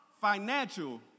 financial